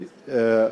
בוודאי.